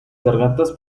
gargantas